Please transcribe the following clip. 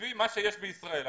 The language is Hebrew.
לפי מה שיש בישראל.